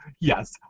Yes